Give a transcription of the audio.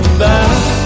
back